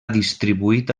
distribuït